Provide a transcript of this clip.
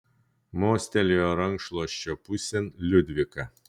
mostelėjo rankšluosčio pusėn liudvika